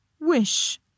wish